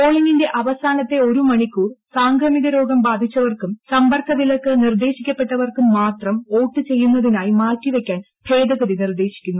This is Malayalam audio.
പോളിങ്ങിന്റെ അവസാനത്തെ ഒരു മണിക്കൂർ സാംക്രമിക രോഗം പ്രബാധിച്ചവർക്കും സമ്പർക്ക വിലക്ക് നിർദേശിക്കപ്പെട്ടവർക്കും മാത്രം വോട്ട് ചെയ്യുന്നതിനായി മാറ്റിവയ്ക്കാൻ ഭേദഗതി നിർദേശിക്കുന്നു